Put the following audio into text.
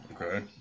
Okay